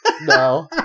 No